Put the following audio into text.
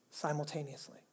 simultaneously